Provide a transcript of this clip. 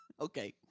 Okay